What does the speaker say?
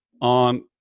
on